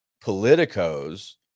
politicos